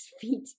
feet